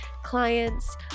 clients